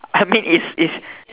I mean is is